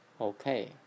okay